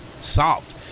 Solved